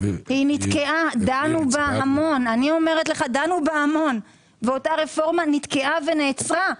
דנו בה המון, ואותה רפורמה נתקעה ונעצרה.